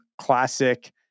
classic